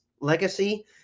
legacy